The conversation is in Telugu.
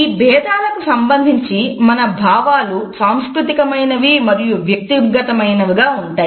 ఈ భేదాలకు సంబంధించి మన భావాలు సాంస్కృతికమైనవి మరియు వ్యక్తిగతమైనవిగా ఉంటాయి